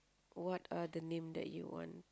what are the name that you want